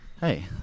Hey